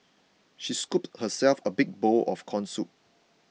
she scooped herself a big bowl of Corn Soup